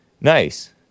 Nice